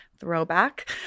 throwback